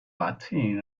latin